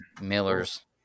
Miller's